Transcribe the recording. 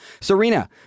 Serena